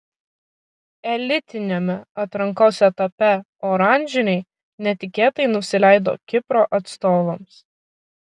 elitiniame atrankos etape oranžiniai netikėtai nusileido kipro atstovams